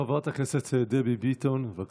חברת הכנסת דבי ביטון, בבקשה.